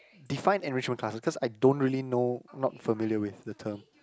define enrichment classes cause I don't really know not familiar with the term